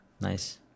Nice